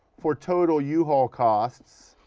for total you know uhaul costs.